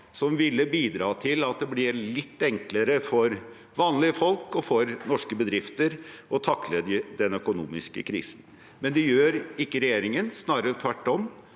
som ville bidratt til at det blir litt enklere for vanlige folk og for norske bedrifter å takle den økonomiske krisen. Men det gjør ikke regjeringen, snarere tvert om.